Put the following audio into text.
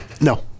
No